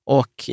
och